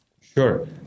Sure